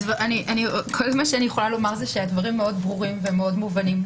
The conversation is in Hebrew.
הדברים מאוד ברורים ומובנים.